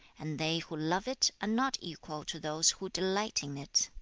and they who love it are not equal to those who delight in it